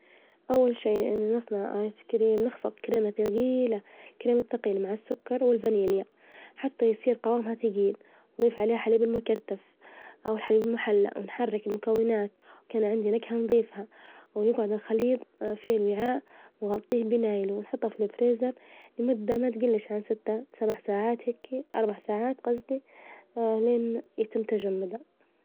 أول شي إن نصنع الآيس كريم, نخفق كريمة ثجييييلة، الكريمة الثجيلة مع السكر والفانيليا، حتى يصير قوامها ثجيل، نظيف عليها حليب مكثف، أوالحليب المحلى ونحرك المكونات، وكان عندي نكهة نظيفها، ويقعد الخليط في الوعاء وغطيه بنايله ونحطه في الفريزر لمدة ما تجلش عن ستة، سبع ساعات هيكي، أربع ساعات قصدي إلين يتم تجمدها.